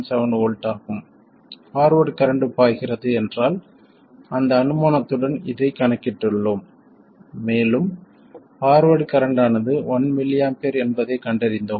7 V ஆகும் forward current பாய்கிறது என்றால் அந்த அனுமானத்துடன் இதை கணக்கிட்டுள்ளோம் மேலும் பார்வேர்ட் கரண்ட் ஆனது 1 mA என்பதைக் கண்டறிந்தோம்